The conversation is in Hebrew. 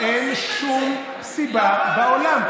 אין שום סיבה בעולם.